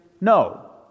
no